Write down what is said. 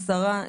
עשרה,